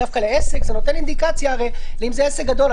זה נותן אינדיקציה אם זה עסק גדול.